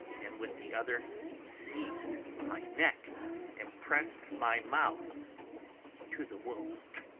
and with the other seized my neck and pressed my mouth to the wound,